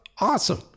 awesome